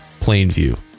Plainview